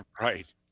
Right